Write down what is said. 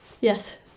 yes